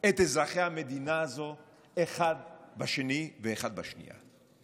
את אזרחי המדינה הזו אחד נגד השני ואחד נגד השנייה.